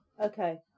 Okay